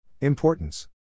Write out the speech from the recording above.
Importance